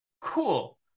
cool